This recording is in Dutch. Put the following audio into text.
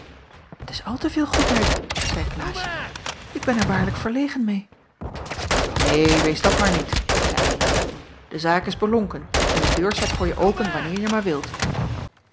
t is al te veel goedheid zeî klaasje ik ben er waarlijk verlegen meê neen wees dat maar niet zeî eylar de zaak is beklonken en de deur staat voor je open wanneer je maar wilt